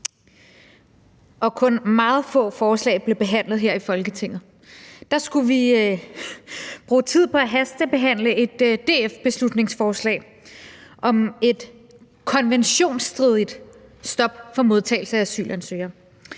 kun meget få forslag blev behandlet her i Folketinget, skulle vi bruge tid på at hastebehandle et DF-beslutningsforslag om et konventionsstridigt stop for modtagelse af asylansøgere.